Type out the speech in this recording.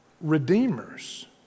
redeemers